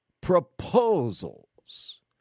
proposals